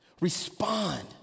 respond